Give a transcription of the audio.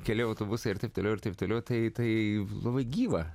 keli autobusai ir taip toliau ir taip toliau tai tai labai gyva